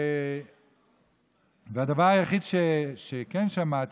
והדבר היחיד שכן שמעתי,